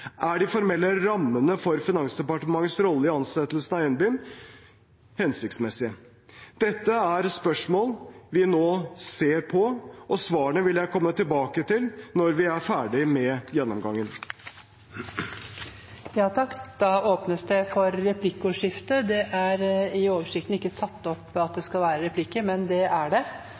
Er de formelle rammene for Finansdepartementets rolle i ansettelsen av leder av NBIM hensiktsmessige? Dette er spørsmål vi nå ser på. Svarene vil jeg komme tilbake til når vi er ferdig med gjennomgangen. Det åpnes for replikkordskifte. Det er i oversikten ikke satt opp at det skal være replikker, men det er det,